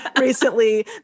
recently